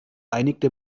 einigte